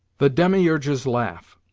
the demiurge's laugh